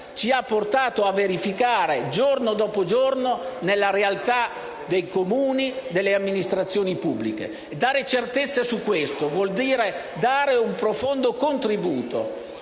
ci ha portato a verificare, giorno dopo giorno, nella realtà dei Comuni e delle amministrazioni pubbliche. Dare certezza su questo vuol dire dare un profondo contributo